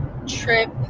trip